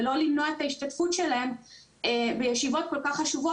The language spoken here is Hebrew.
ולא למנוע את ההשתתפות שלהם בישיבות כל כך חשובות,